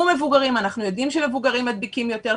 מבוגרים אנחנו יודעים שמבוגרים מדביקים יותר,